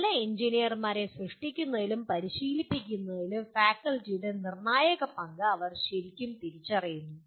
നല്ല എഞ്ചിനീയർമാരെ സൃഷ്ടിക്കുന്നതിലും പരിശീലിപ്പിക്കുന്നതിലും ഫാക്കൽറ്റിയുടെ നിർണായക പങ്ക് അവർ ശരിക്കും തിരിച്ചറിയുന്നു